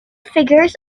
figures